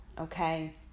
Okay